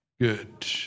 good